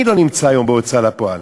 מי לא נמצא היום בהוצאה לפועל?